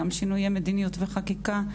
גם שינויי מדיניות וחקיקה,